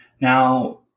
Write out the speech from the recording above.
Now